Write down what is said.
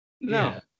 No